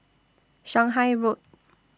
Shanghai Road